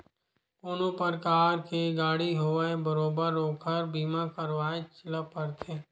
कोनो परकार के गाड़ी होवय बरोबर ओखर बीमा करवायच ल परथे